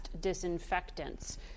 disinfectants